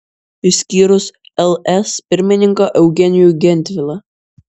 išskyrus ls pirmininką eugenijų gentvilą